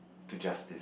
to justice